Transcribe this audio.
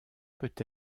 peut